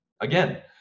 again